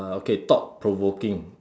okay thought provoking